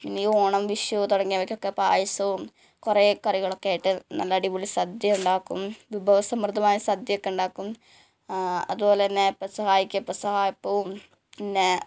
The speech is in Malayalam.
പിന്നെ ഈ ഓണം വിഷു തുടങ്ങിയവക്കൊക്കെ പായസവും കുറേ കറികളൊക്കെ ആയിട്ട് നല്ല അടിപൊളി സദ്യ ഉണ്ടാക്കും വിഭവ സമൃദ്ധമായ സദ്യയൊക്കെ ഉണ്ടാക്കും അതുപോലന്നെ പെസഹായ്ക്ക് പെസഹ അപ്പവും പിന്നെ